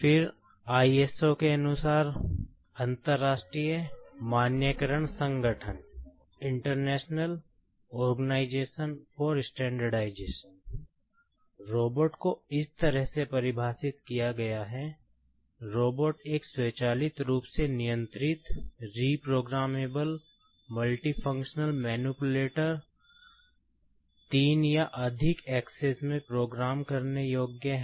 फिर आईएसओ सकता है